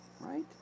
Right